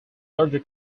larger